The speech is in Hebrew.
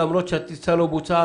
למרות שהטיסה לא בוצעה,